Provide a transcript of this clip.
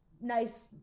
nice